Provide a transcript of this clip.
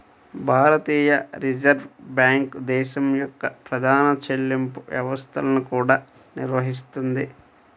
భారతీయ reserve bank దేశం యొక్క ప్రధాన చెల్లింపు వ్యవస్థలను కూడా నిర్వహిస్తుంది